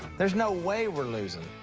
there's no way we're losing.